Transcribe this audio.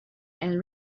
and